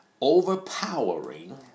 overpowering